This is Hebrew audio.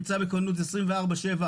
שנמצא בכוננות 24/7,